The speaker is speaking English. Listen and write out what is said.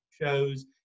shows